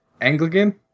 Anglican